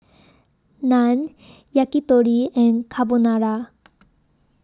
Naan Yakitori and Carbonara